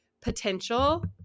potential